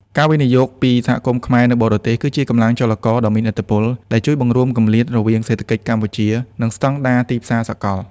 ការវិនិយោគពី សហគមន៍ខ្មែរនៅបរទេស គឺជាកម្លាំងចលករដ៏មានឥទ្ធិពល ដែលជួយបង្រួមគម្លាតរវាងសេដ្ឋកិច្ចកម្ពុជា និងស្ដង់ដារទីផ្សារសកល។